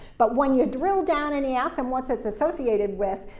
but when you drill down and you ask them what's it associated with,